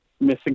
missing